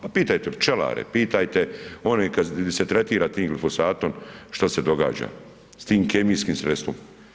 Pa pitajte pčelare, pitajte one di se tretira tim glifosatom šta se događa, s tim kemijskim sredstvom.